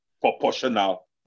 proportional